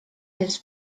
his